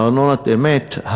ארנונת אמת,